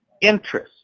interest